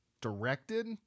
Directed